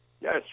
Yes